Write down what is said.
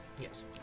Yes